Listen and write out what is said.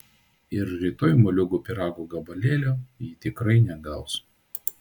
ir rytoj moliūgų pyrago gabalėlio ji tikrai negaus